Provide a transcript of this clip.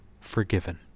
forgiven